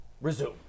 Resume